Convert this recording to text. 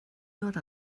ddod